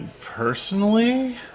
personally